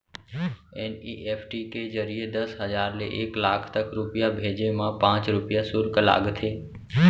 NEFT के जरिए दस हजार ले एक लाख तक रूपिया भेजे मा पॉंच रूपिया सुल्क लागथे